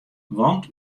want